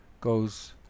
goes